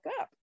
up